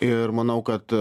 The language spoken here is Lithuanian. ir manau kad